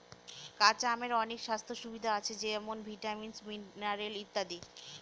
কাঁচা আমের অনেক স্বাস্থ্য সুবিধা আছে যেমন ভিটামিন, মিনারেল ইত্যাদি